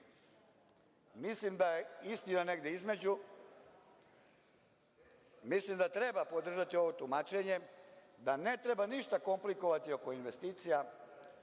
da je istina negde između, mislim da treba podržati ovo autentično tumačenje, da ne treba ništa komplikovati oko investicija,